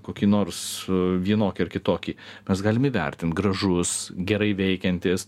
kokį nors vienokį ar kitokį mes galim įvertint gražus gerai veikiantis